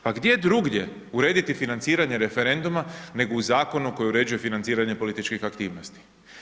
Pa gdje drugdje urediti financiranje referenduma nego u zakonu koji uređuje financiranje političkih aktivnosti.